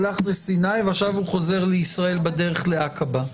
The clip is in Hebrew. הלך לסיני ועכשיו הוא חוזר לישראל בדרך לעקבה.